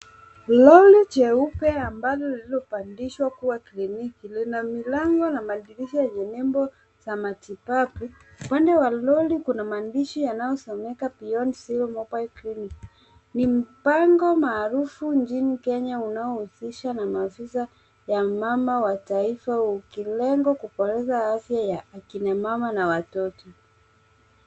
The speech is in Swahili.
Lori jeupe ambalo lililopadilishwa kuwa kliniki lina milango na madirisha yenye nembo za matibabu. Upande wa lori kuna maandishi yanayosomeka Beyond sea mobile clinic. Ni mpango maarufu nchini Kenya unaohusisha na maafisa ya mama wa taifa wa ukilingo kuboresha afya ya akina mama na watoto.